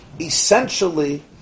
essentially